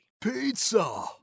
Pizza